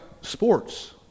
sports